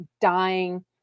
dying